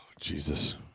Jesus